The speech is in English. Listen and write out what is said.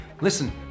Listen